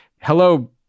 hello